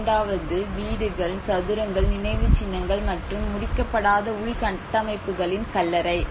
இரண்டாவது வீடுகள் சதுரங்கள் நினைவுச்சின்னங்கள் மற்றும் முடிக்கப்படாத உள்கட்டமைப்புகளின் கல்லறை